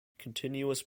continuous